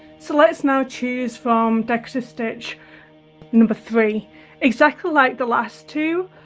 so let's now choose from decorative stitch number three exactly like the last two